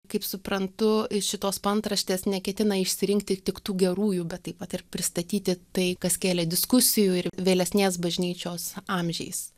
kaip suprantu iš šitos paantraštės neketina išsirinkti tik tų gerųjų bet taip pat ir pristatyti tai kas kėlė diskusijų ir vėlesnės bažnyčios amžiais